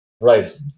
right